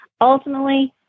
ultimately